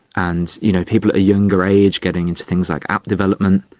and you know people at a younger age getting into things like app development,